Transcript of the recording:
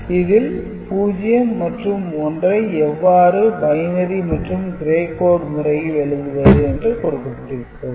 இதில் 0 மற்றும் 1 ஐ எவ்வாறு பைனரி மற்றும் Gray முறையில் எழுதுவது என்று கொடுக்கப்பட்டிருக்கிறது